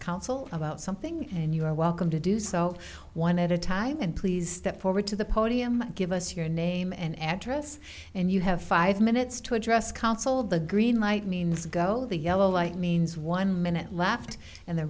council about something and you are welcome to do so one at a time and please step forward to the podium give us your name and address and you have five minutes to address council the green light means go the yellow light means one minute left and the